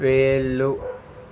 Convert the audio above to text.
వేళ్ళు